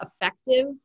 effective